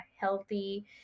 healthy